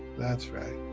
that's right.